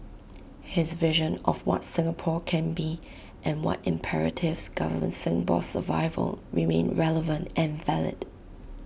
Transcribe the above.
his vision of what Singapore can be and what imperatives govern Singapore's survival remain relevant and valid